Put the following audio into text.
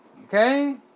okay